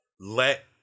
let